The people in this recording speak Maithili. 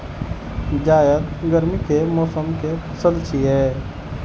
जायद गर्मी के मौसम के पसल छियै